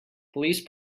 police